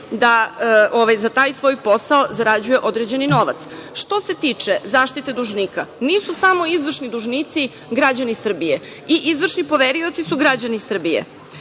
da za taj svoj posao zarađuje određeni novac. Što se tiče zaštite dužnika, nisu samo izvršni dužnici građani Srbije i izvršni poverioci su građani Srbije.